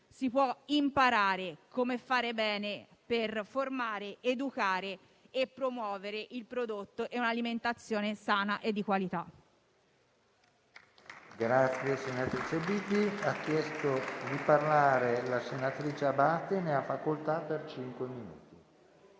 si può imparare come fare bene per formare, educare e promuovere il prodotto e un'alimentazione sana e di qualità.